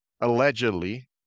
allegedly